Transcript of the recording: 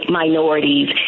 minorities